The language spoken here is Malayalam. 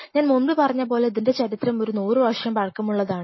ഞാൻ മുൻപ് പറഞ്ഞപോലെ ഇതിൻറെ ചരിത്രം നൂറു വർഷം പഴക്കമുള്ളതാണ്